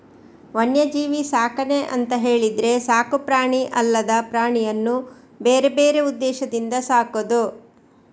ವನ್ಯಜೀವಿ ಸಾಕಣೆ ಅಂತ ಹೇಳಿದ್ರೆ ಸಾಕು ಪ್ರಾಣಿ ಅಲ್ಲದ ಪ್ರಾಣಿಯನ್ನ ಬೇರೆ ಬೇರೆ ಉದ್ದೇಶದಿಂದ ಸಾಕುದು